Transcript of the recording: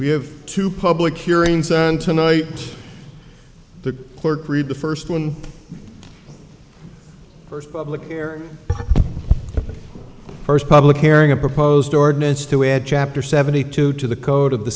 we have to public hearings and tonight the clerk read the first one first public here first public hearing a proposed ordinance to add chapter seventy two to the code of the